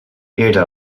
era